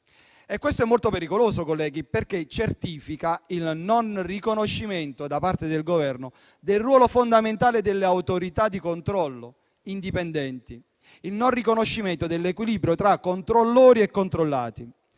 e questo è molto pericoloso, colleghi, perché certifica il non riconoscimento da parte del Governo del ruolo fondamentale delle autorità di controllo indipendenti, il non riconoscimento dell'equilibrio tra controllori e controllati,